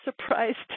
surprised